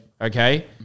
Okay